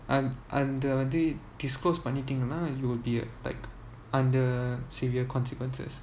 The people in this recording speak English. அந்தவந்து:antha vanthu disclose பண்ணிடீங்கன்னா:pannitenganna you will be like unser severe consequences